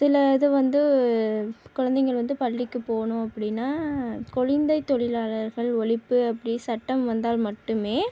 சில இது வந்து குழந்தைங்கள் வந்து பள்ளிக்கு போகணும் அப்படின்னா கொழந்தை தொழிலாளர்கள் ஒழிப்பு அப்படி சட்டம் வந்தால் மட்டுமே